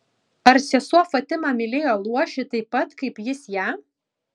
ar sesuo fatima mylėjo luošį taip pat kaip jis ją